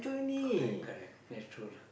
correct correct that's true lah